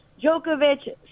Djokovic